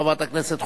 חברת הכנסת חוטובלי,